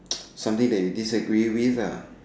some things disagree with ah